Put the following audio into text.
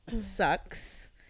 sucks